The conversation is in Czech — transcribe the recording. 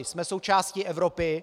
Jsme součástí Evropy.